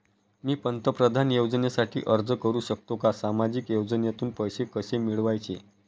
मी पंतप्रधान योजनेसाठी अर्ज करु शकतो का? सामाजिक योजनेतून पैसे कसे मिळवायचे